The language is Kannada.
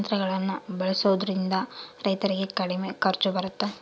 ಯಂತ್ರಗಳನ್ನ ಬಳಸೊದ್ರಿಂದ ರೈತರಿಗೆ ಕಡಿಮೆ ಖರ್ಚು ಬರುತ್ತಾ?